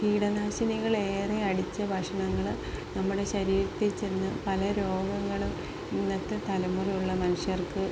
കീടനാശിനികൾ ഏറെ അടിച്ച ഭക്ഷണങ്ങള് നമ്മുടെ ശരീരത്തില് ചെന്ന് പല രോഗങ്ങളും ഇന്നത്തെ തലമുറയിലുള്ള മനുഷ്യർക്ക്